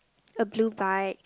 a blue bike